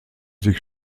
sich